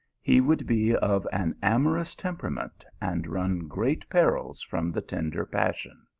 he would be of an amorous temperament, and run great perils from the tender passion.